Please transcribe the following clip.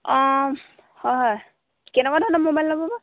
অঁ হয় হয় কেনেকুৱা ধৰণৰ মোবাইল ল'ব বা